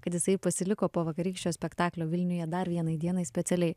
kad jisai pasiliko po vakarykščio spektaklio vilniuje dar vienai dienai specialiai